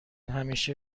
همیشه